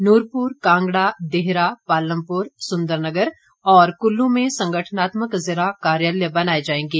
नूरपुर कांगड़ा देहरा पालमपुर सुंदरनगर और कुल्लू में संगठनात्मक जिला कार्यालय बनाए जाएंगे